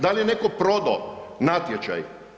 Da li je netko prodao natječaj?